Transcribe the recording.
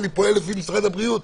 אני פועל לפי משרד הבריאות.